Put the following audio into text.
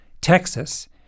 Texas